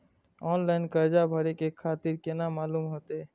Online कर्जा भरे के तारीख केना मालूम होते?